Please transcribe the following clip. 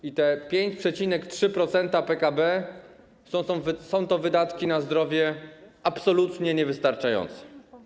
I te 5,3% PKB to są wydatki na zdrowie absolutnie niewystarczające.